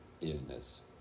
illness